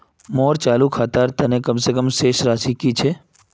मोर चालू खातार तने कम से कम शेष राशि कि छे?